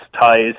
ties